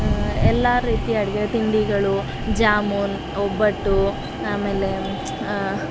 ಎಲ್ಲ ರೀತಿಯ ಅಡುಗೆ ತಿಂಡಿಗಳು ಜಾಮೂನು ಒಬ್ಬಟ್ಟು ಆಮೇಲೆ